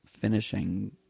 finishing